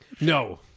No